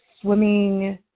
swimming